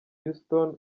houston